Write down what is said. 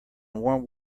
warm